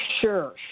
Sure